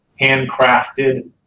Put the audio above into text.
handcrafted